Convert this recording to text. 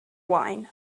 wine